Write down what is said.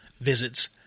visits